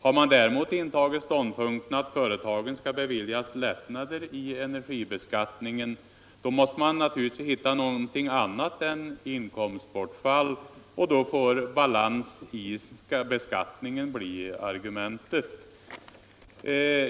Har man däremot intagit ståndpunkten att företagen skall beviljas lättnader i energibeskattningen måste man naturligtvis hitta något annat än inkomstbortfall, och då får balans i beskattningen bli argumentet.